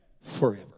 forever